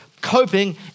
coping